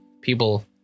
people